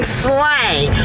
slang